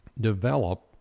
develop